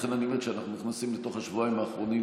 לכן אני אומר: כשאנחנו נכנסים לתוך השבועיים האחרונים,